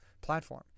platform